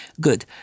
Good